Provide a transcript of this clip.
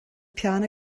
peann